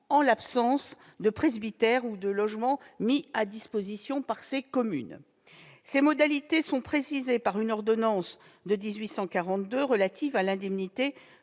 en l'absence de presbytère ou de logement mis à disposition par ces communes. Ces modalités sont précisées par l'ordonnance royale du 7 août 1842 relative à l'indemnité